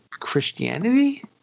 Christianity